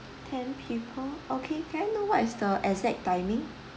ten people okay can may I know what is the exact timing